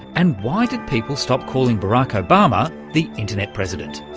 and why did people stop calling barack obama the internet president?